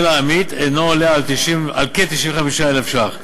של העמית אינו עולה על כ-95,000 ש"ח.